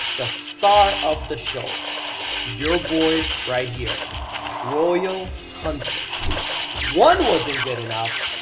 the star of the show your boy right here royal huntsman one wasn't good enough,